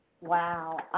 Wow